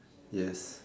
yes